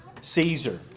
Caesar